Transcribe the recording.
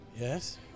yes